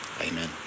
amen